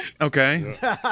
Okay